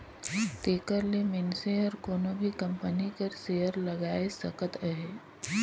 तेकर ले मइनसे हर कोनो भी कंपनी कर सेयर लगाए सकत अहे